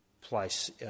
place